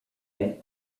and